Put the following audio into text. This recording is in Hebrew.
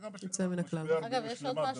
גם בשגרה כשיש משבר --- במוצקין,